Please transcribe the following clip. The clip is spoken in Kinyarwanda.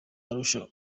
arusha